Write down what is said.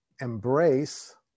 embrace